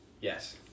yes